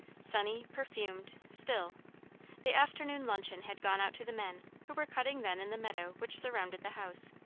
sunny, perfumed, still the afternoon luncheon had gone out to the men, who were cutting then in the meadow which surrounded the house.